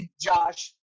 Josh